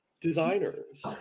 Designers